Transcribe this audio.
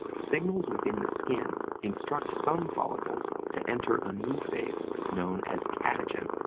signals within the skin instruct some follicles to enter a new phase known as catagen,